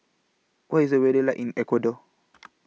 What IS The weather like in Ecuador